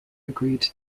agreed